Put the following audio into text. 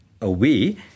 away